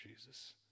Jesus